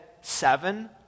seven